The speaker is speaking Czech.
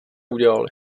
udělali